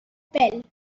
pèl